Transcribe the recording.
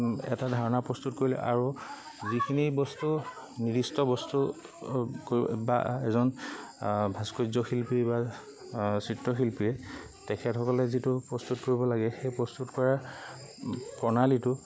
এটা ধাৰণা প্ৰস্তুত কৰিলে আৰু যিখিনি বস্তু নিৰ্দিষ্ট বস্তু বা এজন ভাস্কৰ্য শিল্পী বা চিত্ৰশিল্পীয়ে তেখেতসকলে যিটো প্ৰস্তুত কৰিব লাগে সেই প্ৰস্তুত কৰা প্ৰণালীটো